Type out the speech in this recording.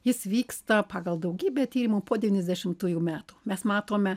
jis vyksta pagal daugybę tyrimų po devyniasdešimtųjų metų mes matome